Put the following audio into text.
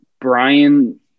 brian